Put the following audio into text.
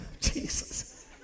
Jesus